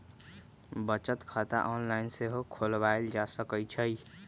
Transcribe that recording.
बचत खता ऑनलाइन सेहो खोलवायल जा सकइ छइ